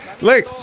look